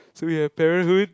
so we have parenthood